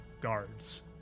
guards